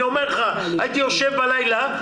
הייתי יושב בלילה,